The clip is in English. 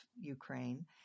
Ukraine